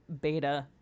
beta